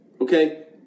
Okay